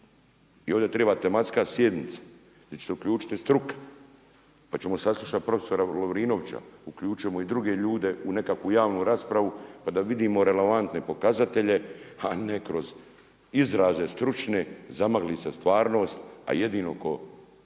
i ovdje treba tematska sjednica gdje će se uključiti struka pa ćemo saslušati prof. Lovrinovića, uključit ćemo i druge ljude u nekakvu javnu raspravu pa da vidimo relevantne pokazatelje, a ne kroz izraze stručne zamagli se stvarnost, a jedino ko